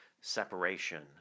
separation